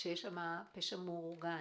שיש שם פשע מאורגן,